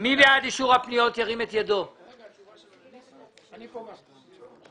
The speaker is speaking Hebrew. מי בעד אישור פניות מספר 344 עד 347?